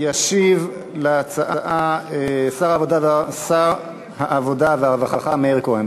ישיב על ההצעה שר העבודה והרווחה מאיר כהן.